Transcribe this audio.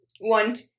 want